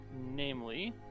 Namely